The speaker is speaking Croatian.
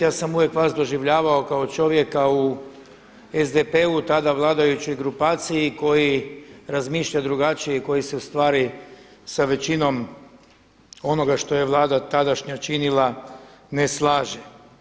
Ja sam uvijek vas doživljavao kao čovjeka u SDP-u, tada vladajućoj grupaciji koji razmišlja drugačije i koji se u stvari sa većinom onoga što je Vlada tadašnja činila ne slaže.